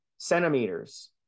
centimeters